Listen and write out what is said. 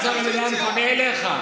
אתה נמצא במליאה, אני פונה אליך.